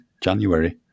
January